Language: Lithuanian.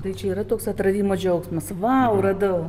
tai čia yra toks atradimo džiaugsmas vau radau